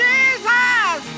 Jesus